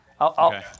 Okay